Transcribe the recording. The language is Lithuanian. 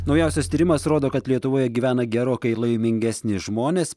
naujausias tyrimas rodo kad lietuvoje gyvena gerokai laimingesni žmonės